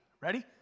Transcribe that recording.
Ready